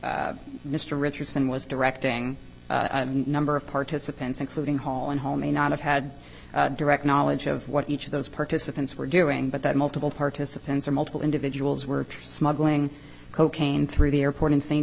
her mr richardson was directing number of participants including hall and home may not have had direct knowledge of what each of those participants were doing but that multiple participants or multiple individuals were true smuggling cocaine through the airport in s